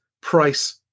price